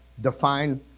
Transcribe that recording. define